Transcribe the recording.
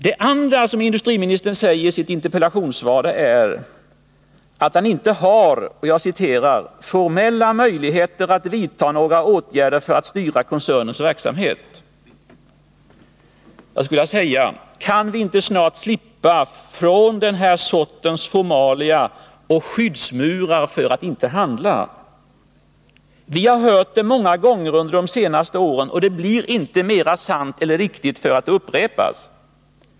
Det andra som industriministern säger i sitt interpellationssvar är att han inte har ”formella möjligheter att vidta några åtgärder för att styra koncernens verksamhet”. Kan vi inte snart slippa denna sorts formalia och skyddsmurar för att inte handla? Vi har hört detta påstående många gånger under de senaste åren, men det blir inte mer sant eller riktigt för att det upprepas.